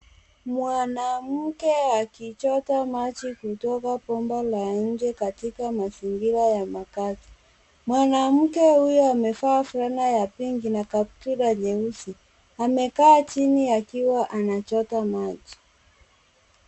Mwanamke akichota maji kutoka bomba la nje katika mazingira ya makazi. Mwanamke huyo amevaa fulana ya pink na kaptula nyeusi, amekaa chini akiwa anachota maji.